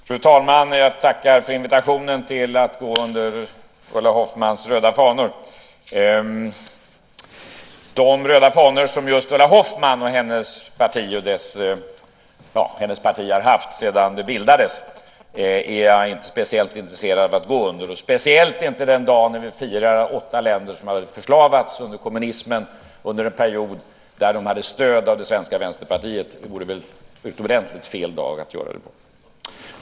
Fru talman! Jag tackar för invitationen att gå under Ulla Hoffmanns röda fanor. De röda fanor som just Ulla Hoffmann och hennes parti har haft sedan det bildades är jag inte särskilt intresserad av att gå under, speciellt inte den dag då vi firar åtta länder som har förslavats under kommunismen under en period då den hade stöd av det svenska vänsterpartiet. Det vore väl utomordentligt fel dag att göra det på.